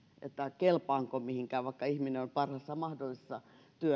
että kelpaanko mihinkään vaikka ihminen on parhaassa mahdollisessa